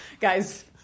Guys